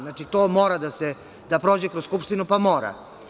Znači, to mora da prođe kroz Skupštinu, pa mora.